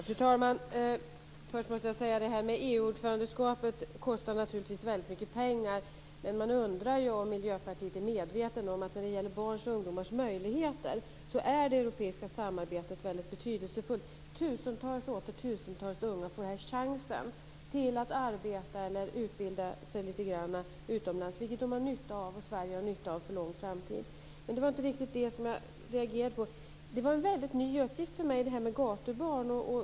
Fru talman! Först måste jag säga att EU ordförandeskapet kostar naturligtvis väldigt mycket pengar. Men jag undrar om man i Miljöpartiet är medveten om att när det gäller barns och ungdomars möjligheter är det europeiska samarbetet väldigt betydelsefullt. Tusentals och åter tusentals unga får här chansen att arbeta eller utbilda sig lite grann utomlands, vilket de har nytta av i Sverige och för lång framtid. Men det var inte riktigt det som jag reagerade på. Det var en väldigt ny uppgift för mig om detta med gatubarn i Sverige.